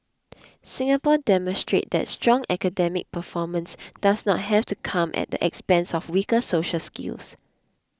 Singapore demonstrates that strong academic performance does not have to come at the expense of weaker social skills